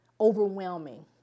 overwhelming